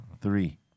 three